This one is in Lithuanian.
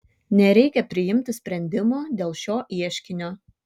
nereikia priimti sprendimo dėl šio ieškinio